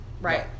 Right